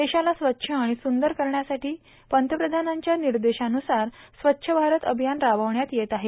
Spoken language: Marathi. देशाला स्वच्छ आणि सुंदर करण्यासाठी पंतप्रधानांच्या निर्देशानुसार स्वच्छ भारत अभियान राबविण्यात येत आहे